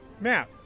Matt